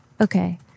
Okay